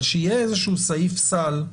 אבל שיהיה איזשהו סעיף סל,